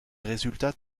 résultats